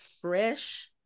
fresh